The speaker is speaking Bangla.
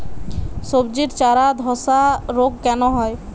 সবজির চারা ধ্বসা রোগ কেন হয়?